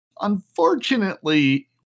Unfortunately